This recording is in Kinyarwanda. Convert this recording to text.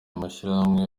mashyirahamwe